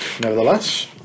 nevertheless